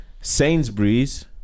Sainsbury's